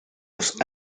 los